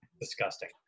disgusting